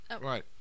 right